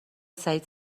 سعید